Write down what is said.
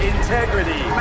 Integrity